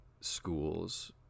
School's